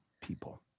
people